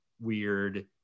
weird